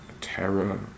terror